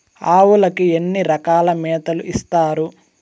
ఆవులకి ఎన్ని రకాల మేతలు ఇస్తారు?